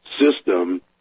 system